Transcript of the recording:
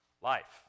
life